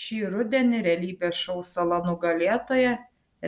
šį rudenį realybės šou sala nugalėtoja